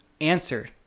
answer